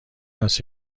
است